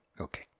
Okay